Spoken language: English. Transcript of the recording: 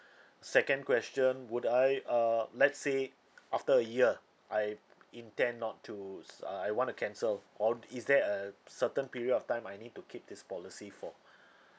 second question would I uh let's say after a year I intend not to s~ uh I want to cancel all is there a certain period of time I need to keep this policy for